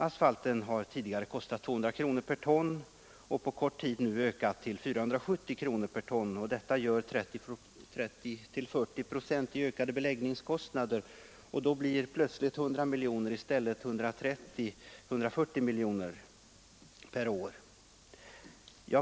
Asfalten har tidigare kostat 200 kronor per ton och nu på kort tid ökat till 470 kronor per ton. Detta gör 30-40 procent i ökade beläggningskostnader. Då blir 100 miljoner i stället 130 å 140 miljoner per år.